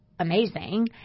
amazing